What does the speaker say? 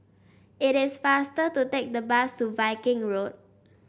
it is faster to take the bus to Viking Road